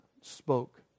spoke